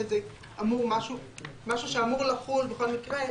שזה משהו שאמור לחול בכל מקרה,